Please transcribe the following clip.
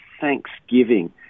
thanksgiving